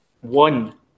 One